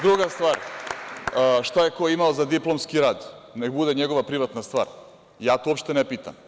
Druga stvar, šta je ko imao za diplomski rad neka bude njegova privatna stvar, ja to uopšte ne pitam.